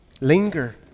linger